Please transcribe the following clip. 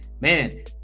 man